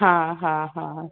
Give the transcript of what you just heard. हा हा हा